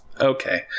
Okay